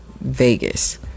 Vegas